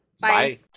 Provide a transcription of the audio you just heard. Bye